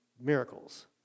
miracles